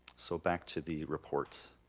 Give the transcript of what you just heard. so back to the report.